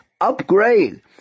upgrade